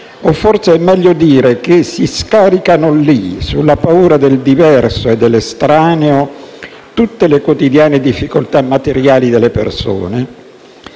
O forse è meglio dire che si scaricano lì, sulla paura del diverso e dell'estraneo, tutte le quotidiane difficoltà materiali delle persone.